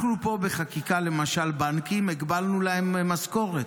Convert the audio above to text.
אנחנו פה בחקיקה, למשל בנקים, הגבלנו להם משכורת.